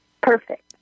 Perfect